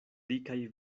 dikaj